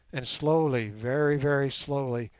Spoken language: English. and slowly, very very slowly,